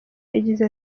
yagize